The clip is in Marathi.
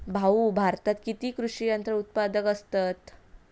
भाऊ, भारतात किती कृषी यंत्रा उत्पादक असतत